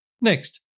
Next